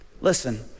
Listen